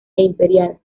imperial